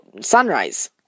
sunrise